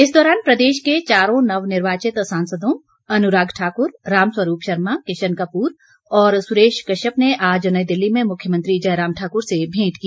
इस दौरान प्रदेश के चारों नवनिर्वाचित सांसदों अनुराग ठाकुर राम स्वरूप शर्मा किशन कपूर और सुरेश कश्यप ने आज नई दिल्ली में मुख्यमंत्री जयराम ठाकुर से भेंट की